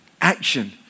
action